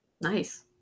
nice